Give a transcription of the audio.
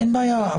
אין בעיה.